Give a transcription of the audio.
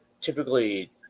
typically